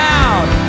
out